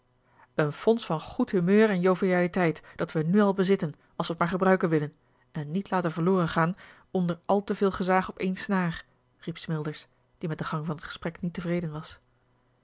een fonds van goed humeur en jovialiteit dat we n al bezitten als we t maar gebruiken willen en niet laten verloren gaan onder al te veel gezaag op één snaar riep smilders die met den gang van t gesprek niet tevreden was